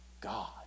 God